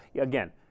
again